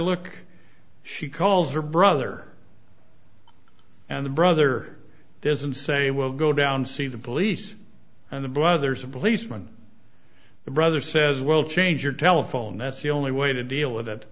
look she calls her brother and the brother doesn't say well go down see the police and the brother's a policeman the brother says well change your telephone that's the only way to deal with it